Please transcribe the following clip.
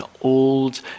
old